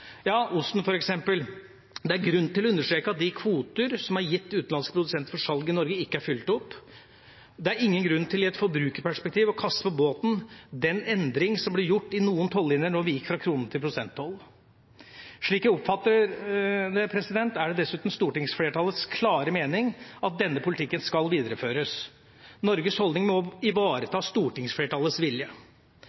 er det grunn til å understreke at de kvoter som er gitt utenlandske produsenter for salg i Norge, ikke er fylt opp. Det er ingen grunn til i et forbrukerperspektiv å kaste på båten den endring som ble gjort i noen tollinjer da vi gikk fra krone til prosenttoll. Slik jeg oppfatter det, er det dessuten stortingsflertallets klare mening at denne politikken skal videreføres. Norges holdning